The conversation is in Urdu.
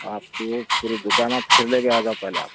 آپ کو پوری دُکان آپ پھر لے کے آ جاؤ پہلے آپ